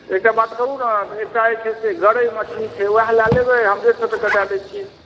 एकटा बात करू ने एकटा छै से गरइ मछली छै उएह लए लेबै हम डेढ़ सए टके दए दैत छी